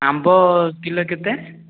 ଆମ୍ବ କିଲୋ କେତେ